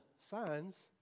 signs